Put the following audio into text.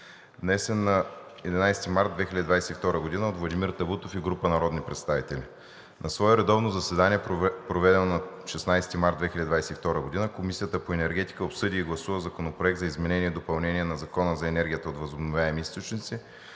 внесен на 11 март 2022 г. от Владимир Табутов и група народни представители На свое редовно заседание, проведено на 16 март 2022 г., Комисията по енергетика обсъди и гласува Законопроект за изменение и допълнение на Закона за енергията от възобновяеми източници,